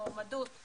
מועמדות.